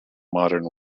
modern